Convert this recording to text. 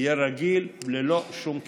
יהיו כרגיל ללא שום קיצוץ.